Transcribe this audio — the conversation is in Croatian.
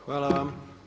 Hvala vam.